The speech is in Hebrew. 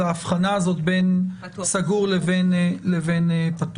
להבחנה הזאת בין סוגר לבין פתוח.